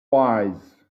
wise